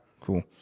cool